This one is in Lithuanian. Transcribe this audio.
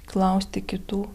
klausti kitų